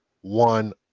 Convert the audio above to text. one